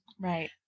Right